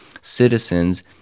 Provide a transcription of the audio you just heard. citizens